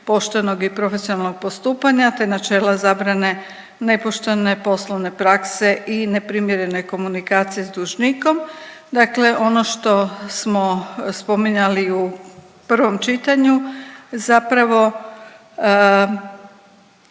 poštenog i profesionalnog postupanja te načela zabrane nepoštene poslovne prakse i neprimjerene komunikacije s dužnikom. Dakle ono što smo spominjali u prvom čitanju zapravo